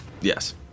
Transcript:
Yes